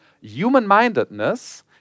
Human-mindedness